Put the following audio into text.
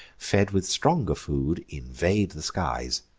fed with stronger food, invade the skies.